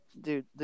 Dude